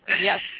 Yes